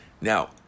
Now